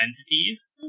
entities